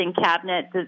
cabinet